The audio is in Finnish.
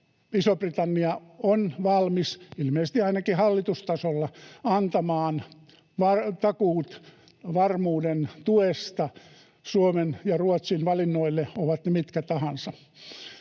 Iso-Britannia on valmis, ilmeisesti ainakin hallitustasolla, antamaan takuut ja varmuuden tuesta Suomen ja Ruotsin valinnoille, ovat ne mitkä tahansa.